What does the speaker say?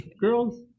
Girls